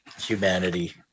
humanity